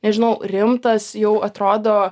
nežinau rimtas jau atrodo